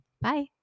Bye